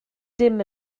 dim